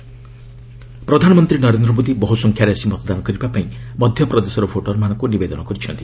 PM vote appeal ପ୍ରଧାନମନ୍ତ୍ରୀ ନରେନ୍ଦ୍ର ମୋଦି ବହୁସଂଖ୍ୟାରେ ଆସି ମତଦାନ କରିବାପାଇଁ ମଧ୍ୟପ୍ରଦେଶର ଭୋଟର୍ମାନଙ୍କୁ ନିବେଦନ କରିଛନ୍ତି